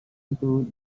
itu